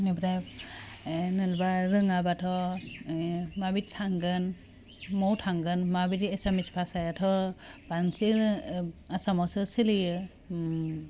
बेनिफ्राय नङाबा रोङाबाथ' माबादि थांगोन बबाव थांगोन माबायदि एसामिस भाषायाथ' बांसिन आसामावसो सोलियो